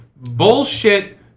bullshit